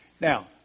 Now